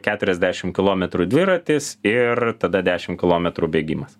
keturiasdešim kilometrų dviratis ir tada dešim kilometrų bėgimas